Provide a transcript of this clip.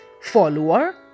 follower